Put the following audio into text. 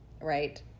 right